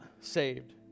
saved